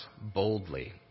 boldly